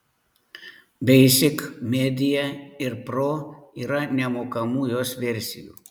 basic media ir pro yra nemokamų jos versijų